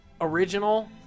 original